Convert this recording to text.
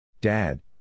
Dad